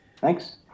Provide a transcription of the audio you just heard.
Thanks